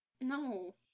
No